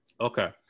Okay